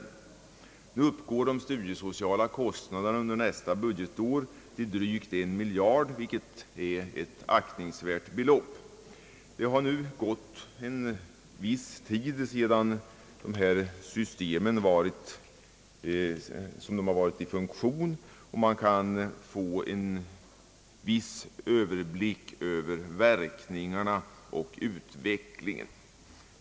Under nästa budgetår uppgår de studiesociala kostnaderna till drygt en miljard, vilket är ett aktningsvärt belopp. Systemet har nu varit i funktion en tid, och man kan få en viss Ööverblick över verkningarna och utvecklingen.